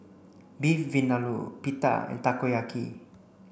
Beef Vindaloo Pita and Takoyaki